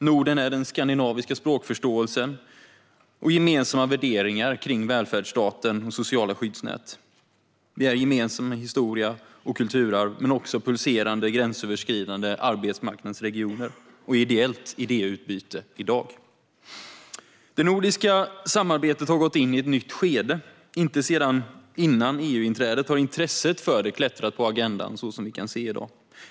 Norden är den skandinaviska språkförståelsen och gemensamma värderingar kring välfärdsstaten och sociala skyddsnät. Norden är gemensam historia och kulturarv men också pulserande gränsöverskridande arbetsmarknadsregioner och ideellt idéutbyte i dag. Det nordiska samarbetet har gått in i ett nytt skede. Inte sedan före EU-inträdet har intresset för det klättrat på agendan så som vi kan se i dag.